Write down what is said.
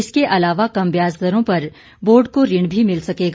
इसके अलावा कम ब्याज दरों पर बोर्ड को ऋण भी मिल सकेगा